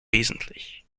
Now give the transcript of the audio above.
wesentlich